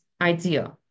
idea